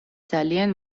ძალიან